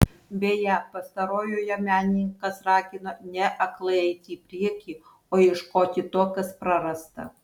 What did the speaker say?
beje pastarojoje menininkas ragino ne aklai eiti į priekį o ieškoti to kas prarasta